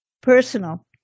Personal